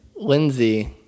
Lindsay